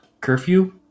curfew